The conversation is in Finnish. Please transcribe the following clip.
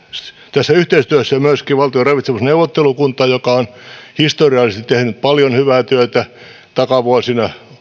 tässä yhteistyössä myöskin valtion ravitsemusneuvottelukunta joka on historiallisesti tehnyt paljon hyvää työtä takavuosina